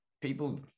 people